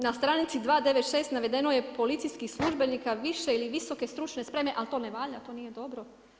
Na stranici 296. navedeno je: „Policijskih službenika više ili visoke stručne spreme“ ali to ne valja, to nije dobro.